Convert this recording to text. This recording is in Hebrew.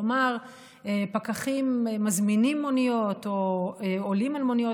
כלומר, פקחים מזמינים מוניות או עולים על מוניות